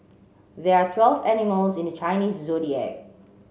there are twelve animals in the Chinese Zodiac